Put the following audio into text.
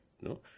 No